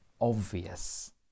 obvious